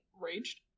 raged